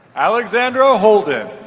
alexandra holden